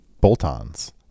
bolt-ons